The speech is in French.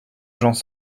gens